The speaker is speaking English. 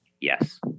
Yes